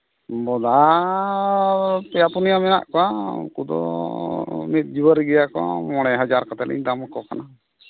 ᱵᱚᱫᱟ ᱯᱮᱭᱟ ᱯᱩᱱᱭᱟᱹ ᱢᱮᱱᱟᱜ ᱠᱚᱣᱟ ᱩᱱᱠᱩ ᱫᱚ ᱢᱤᱫ ᱡᱩᱣᱟᱹᱨᱤ ᱜᱮᱭᱟ ᱠᱚ ᱢᱚᱬᱮ ᱦᱟᱡᱟᱨ ᱠᱟᱛᱮᱫ ᱞᱤᱧ ᱫᱟᱢ ᱟᱠᱚ ᱠᱟᱱᱟ